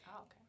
Okay